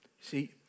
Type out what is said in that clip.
See